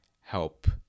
help